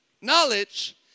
knowledge